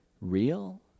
real